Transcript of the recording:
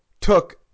took